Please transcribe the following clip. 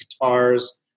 guitars